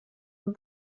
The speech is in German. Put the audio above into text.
den